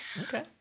Okay